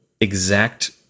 exact